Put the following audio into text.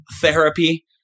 Therapy